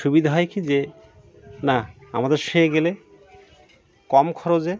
সুবিধা হয় কি যে না আমাদের সে গেলে কম খরচে